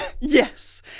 Yes